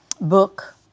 book